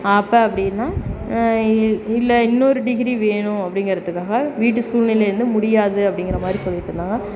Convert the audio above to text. அப்போ அப்படின்னா இ இல்லை இன்னொரு டிகிரி வேணும் அப்படிங்கிறதுக்காக வீட்டு சூழ்நிலைருந்து முடியாது அப்படிங்கிற மாதிரி சொல்லிட்டுருந்தாங்க